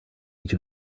each